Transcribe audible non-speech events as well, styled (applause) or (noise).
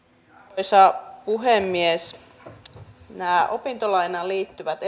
arvoisa puhemies nämä opintolainaan liittyvät (unintelligible)